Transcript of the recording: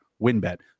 WinBet